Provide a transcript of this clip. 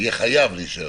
אותו